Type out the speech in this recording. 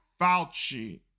Fauci